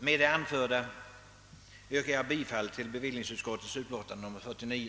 Med det anförda yrkar jag bifall till bevillningsutskottets hemställan i dess betänkande nr 49.